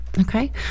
Okay